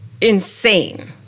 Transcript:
insane